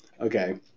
okay